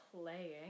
playing